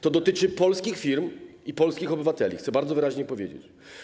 To dotyczy polskich firm i polskich obywateli - chcę to bardzo wyraźnie powiedzieć.